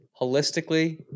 holistically